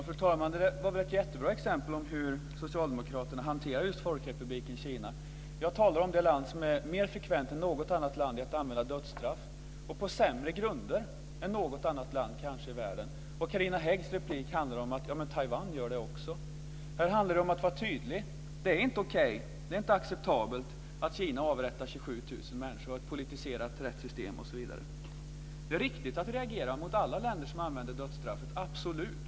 Fru talman! Detta var väl ett jättebra exempel på hur Socialdemokraterna hanterar Folkrepubliken Kina. Jag talar om det land som mer frekvent än något annat land använder dödsstraffet, och kanske dessutom på sämre grunder än något annat land i världen. Carina Häggs replik handlar om att Taiwan också gör det. Här handlar det om att vara tydlig. Det är inte okej, det är inte acceptabelt, att Kina avrättar 27 000 människor, har ett politiserat rättssystem osv. Det är riktigt att reagera mot alla länder som använder dödsstraffet.